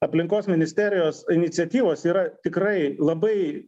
aplinkos ministerijos iniciatyvos yra tikrai labai